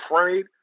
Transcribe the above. afraid